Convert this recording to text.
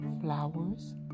flowers